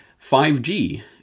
5G